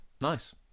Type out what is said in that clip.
Nice